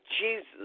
Jesus